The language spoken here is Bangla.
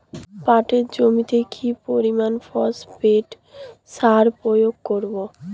পাটের জমিতে কি পরিমান ফসফেট সার প্রয়োগ করব?